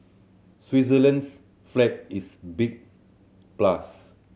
Switzerland's flag is big plus